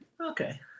Okay